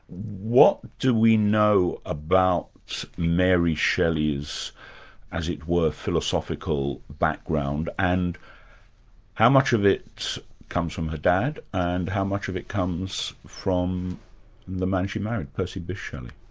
what do we know about mary shelley's as it were, philosophical background and how much of it comes from her dad and how much of it comes from the man she married, percy bysshe shelley?